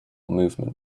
movement